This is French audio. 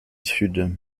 sud